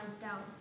down